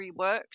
reworked